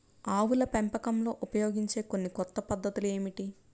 ఆవుల పెంపకంలో ఉపయోగించే కొన్ని కొత్త పద్ధతులు ఏమిటీ?